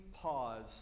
pause